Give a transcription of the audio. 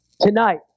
tonight